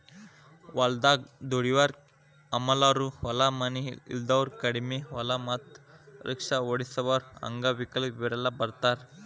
ಹೊಲದಾಗ ದುಡ್ಯಾವರ ಹಮಾಲರು ಹೊಲ ಮನಿ ಇಲ್ದಾವರು ಕಡಿಮಿ ಹೊಲ ಮತ್ತ ರಿಕ್ಷಾ ಓಡಸಾವರು ಅಂಗವಿಕಲರು ಇವರೆಲ್ಲ ಬರ್ತಾರ